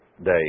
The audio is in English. Day